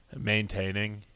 maintaining